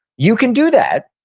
you can do that,